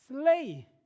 slay